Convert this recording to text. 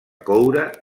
coure